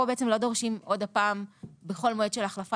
כאן לא דורשים עוד פעם בכל מועד של החלפה